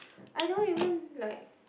I don't even like